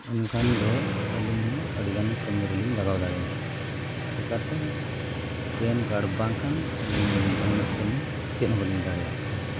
ᱮᱱᱠᱷᱟᱱ ᱫᱚ ᱟᱹᱞᱤᱧ ᱦᱚᱸ ᱟᱹᱰᱤᱜᱟᱱ ᱠᱟᱹᱢᱤ ᱨᱮᱞᱤᱧ ᱞᱟᱜᱟᱣ ᱫᱟᱲᱮᱭᱟᱜᱼᱟ ᱪᱤᱠᱟᱹᱛᱮ ᱯᱮᱱ ᱠᱟᱨᱰ ᱵᱟᱝᱠᱷᱟᱱ ᱟᱹᱞᱤᱧ ᱡᱟᱦᱟᱱᱟᱜ ᱠᱟᱹᱢᱤ ᱪᱮᱫ ᱦᱚᱸ ᱵᱟᱹᱞᱤᱧ ᱫᱟᱲᱮᱭᱟᱜ ᱠᱟᱱᱟ